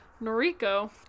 Noriko